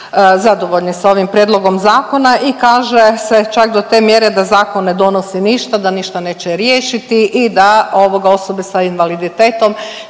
zadovoljni s ovim prijedlogom zakona i kaže se čak do te mjere da zakon ne donosi ništa, da ništa neće riješiti i da, ovoga, osobe s invaliditetom